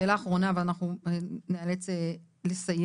שאלה אחרונה ואנחנו נאלץ לסיים.